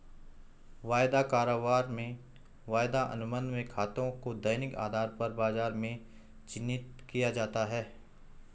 वायदा कारोबार में वायदा अनुबंध में खातों को दैनिक आधार पर बाजार में चिन्हित किया जाता है